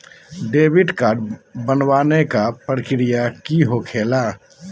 Debit card बनवाने के का प्रक्रिया होखेला?